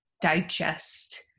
digest